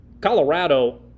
Colorado